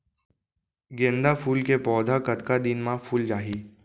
गेंदा फूल के पौधा कतका दिन मा फुल जाही?